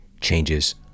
changes